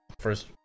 first